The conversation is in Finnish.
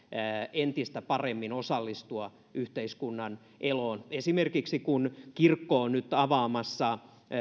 entistä paremmin osallistua yhteiskunnan eloon esimerkiksi kun kirkko on nyt avaamassa